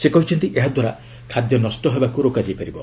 ସେ କହିଛନ୍ତି ଏହାଦ୍ୱାରା ଖାଦ୍ୟ ନଷ୍ଟ ହେବାରୁ ରୋକାଯାଇପାରିବ